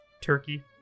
turkey